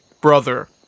brother